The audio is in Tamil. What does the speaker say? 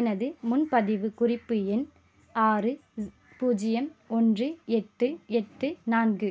எனது முன்பதிவு குறிப்பு எண் ஆறு பூஜ்ஜியம் ஒன்று எட்டு எட்டு நான்கு